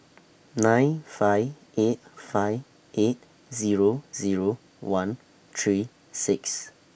nine five eight five eight Zero Zero one three six